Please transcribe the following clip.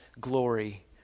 glory